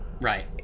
Right